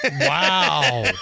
Wow